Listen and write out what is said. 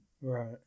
Right